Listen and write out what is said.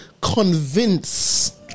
convince